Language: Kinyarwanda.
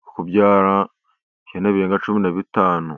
bwo kubyara, ibyana birenga cumi na bitanu.